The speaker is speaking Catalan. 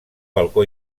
balcó